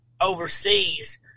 overseas